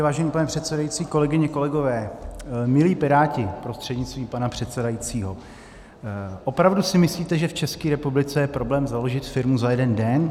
Vážený pane předsedající, kolegyně, kolegové, milí piráti prostřednictvím pana předsedající, opravdu si myslíte, že v České republice je problém založit firmu za jeden den?